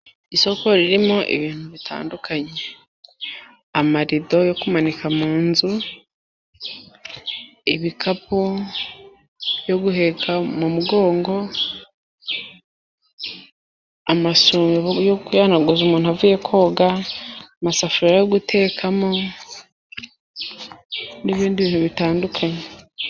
Isoko ririmo ibintu bitandukanye amarido yo kumanika munzu, ibikapu byo guheka mu mugongo amasume yo kwihanaguza umuntu avuye koga, amasafuriya yo gutekamo n'ibindi bintu bitandukanye.